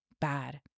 bad